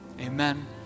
amen